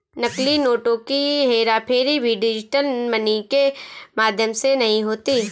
नकली नोटों की हेराफेरी भी डिजिटल मनी के माध्यम से नहीं होती